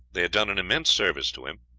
they had done an immense service to him,